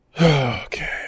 Okay